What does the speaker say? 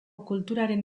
kulturaren